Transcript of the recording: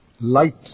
light